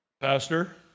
Pastor